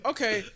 Okay